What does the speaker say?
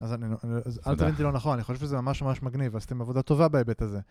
אז אל תבין את זה לא נכון, אני חושב שזה ממש ממש מגניב. עשיתם עבודה טובה, בהיבט הזה.